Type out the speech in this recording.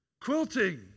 Quilting